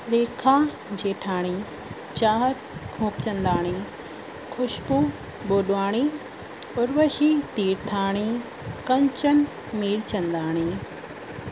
Rekha Jethani Chahat Khopchandani Khushboo Bodwani Urvashi Tirthani Kanchan Mirchandani